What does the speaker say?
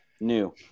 new